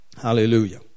Hallelujah